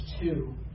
two